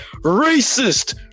racist